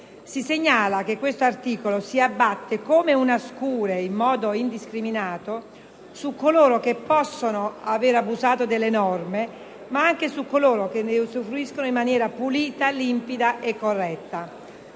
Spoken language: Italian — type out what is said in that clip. Si segnala che questo articolo si abbatte come una scure in modo indiscriminato non solo su coloro che possono aver abusato delle norme, ma anche su coloro che ne usufruiscono in maniera pulita, limpida e corretta.